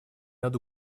над